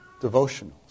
devotionals